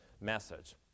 message